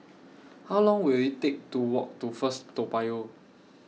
How Long Will IT Take to Walk to First Toa Payoh